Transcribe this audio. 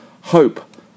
hope